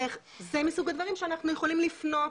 זה מסוג הדברים שאנחנו יכולים לפנות